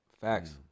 facts